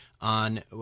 on